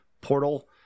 Portal